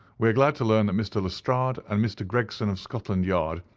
we are glad to learn that mr. lestrade and mr. gregson, of scotland yard,